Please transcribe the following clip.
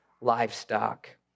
livestock